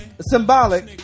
symbolic